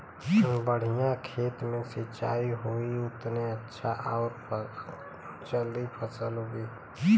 बढ़िया खेत मे सिंचाई होई उतने अच्छा आउर जल्दी फसल उगी